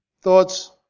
thoughts